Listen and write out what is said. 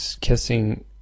kissing